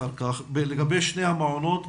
לגבי שני המעונות,